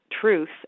truth